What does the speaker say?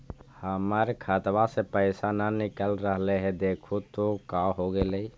हमर खतवा से पैसा न निकल रहले हे देखु तो का होगेले?